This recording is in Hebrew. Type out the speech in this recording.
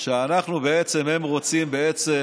שהם רוצים בעצם